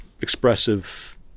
expressive